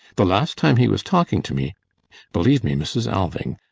the last time he was talking to me believe me, mrs. alving,